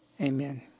Amen